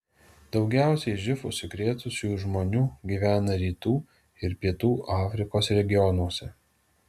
daugiausiai živ užsikrėtusiųjų žmonių gyvena rytų ir pietų afrikos regionuose